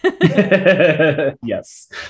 Yes